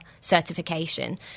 certification